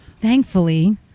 Thankfully